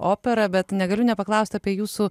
operą bet negaliu nepaklaust apie jūsų